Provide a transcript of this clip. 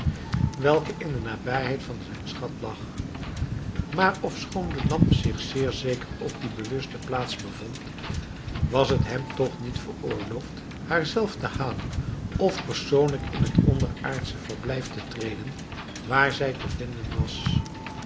welke in de nabijheid van zijn schat lag maar ofschoon de lamp zich zeer zeker op die bewuste plaats bevond was t hem toch niet veroorloofd haar zelf te halen of persoonlijk in het onderaardsche verblijf te treden waar zij te vinden was